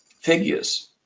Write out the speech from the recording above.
figures